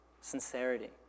sincerity